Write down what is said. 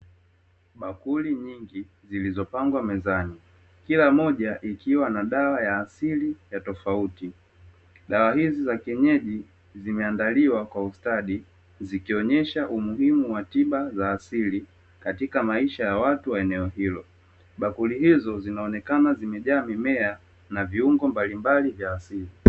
Bakuli nyingi zilizopangwa mezani, kila moja ikiwa na dawa ya asili ya tofauti. Dawa hizi za kienyeji zimeandaliwa kwa ustadi, zikionyesha umuhimu wa tiba za asili, katika maisha ya watu wa eneo hilo. Bakuli hizo zinaonekana zimejaa mimea, na viungo mbalimbali vya asili.